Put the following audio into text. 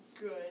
good